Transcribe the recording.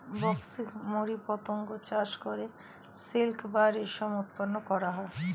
Bombyx mori পতঙ্গ চাষ করে সিল্ক বা রেশম উৎপন্ন করা হয়